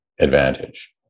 advantage